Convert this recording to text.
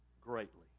greatly